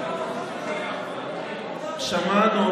האמת